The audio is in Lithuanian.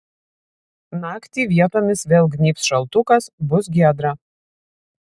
naktį vietomis vėl gnybs šaltukas bus giedra